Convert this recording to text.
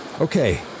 Okay